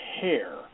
hair